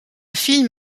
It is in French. film